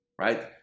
right